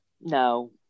no